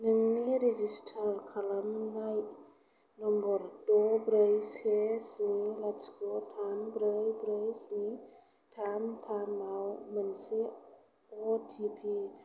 नोंनि रेजिस्टार खालामनाय नम्बर द' ब्रै से स्नि लाथिख' थाम ब्रै ब्रै स्नि थाम थाम आव मोनसे अटिपि